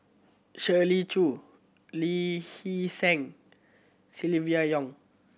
Shirley Chew Lee Hee Seng Silvia Yong